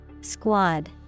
Squad